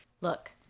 Look